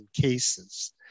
cases